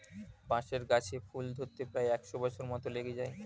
বাঁশের গাছে ফুল ধরতে প্রায় একশ বছর মত লেগে যায়